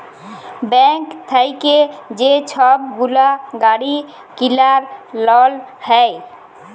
bank থ্যাইকে যে ছব গুলা গাড়ি কিলার লল হ্যয়